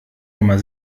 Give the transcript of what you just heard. nummer